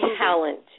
talent